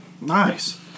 Nice